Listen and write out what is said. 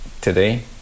Today